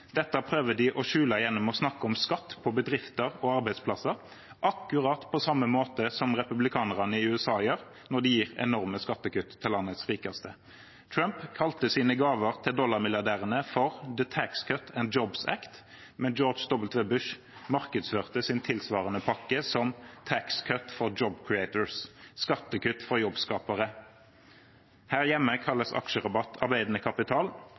Dette prøver de å skjule gjennom å snakke om skatt på bedrifter og arbeidsplasser, akkurat på samme måte som republikanerne i USA gjør når de gir enorme skattekutt til landets rikeste. Trump kalte sine gaver til dollarmilliardærene for «The Tax Cuts and Jobs Act», mens George W. Bush markedsførte sin tilsvarende pakke som «Tax Cuts for Job Creators», skattekutt for jobbskapere. Her hjemme kalles aksjerabatt arbeidende kapital.